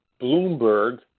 Bloomberg